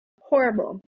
Horrible